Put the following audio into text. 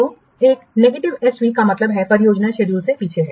तो एक नकारात्मक एस वी का मतलब है कि परियोजना शेड्यूल से पीछे है